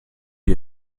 ihr